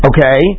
Okay